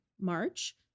March